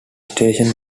station